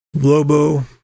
Lobo